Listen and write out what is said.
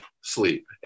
sleep